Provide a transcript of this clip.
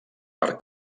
per